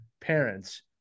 parents